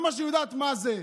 זה מה שהיא יודעת מה זה.